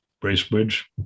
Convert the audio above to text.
Bracebridge